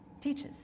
Teaches